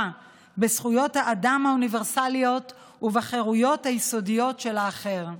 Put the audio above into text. בזכויות האדם האוניברסליות ומהחירויות היסודיות של האחר.